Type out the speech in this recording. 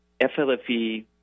flfe